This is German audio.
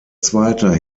zweiter